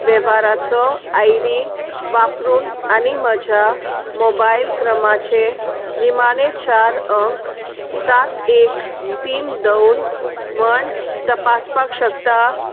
वेव्हाराचो I D वापरून आनी म्हज्या मोबायल क्रमाचे निमाणे चार अंक सात एक तीन दोन म्हण तपासपाक शकता